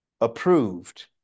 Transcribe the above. approved